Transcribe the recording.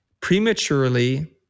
prematurely